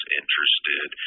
interested